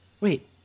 Wait